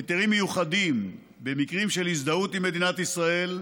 היתרים מיוחדים במקרים של הזדהות עם מדינת ישראל,